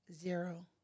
zero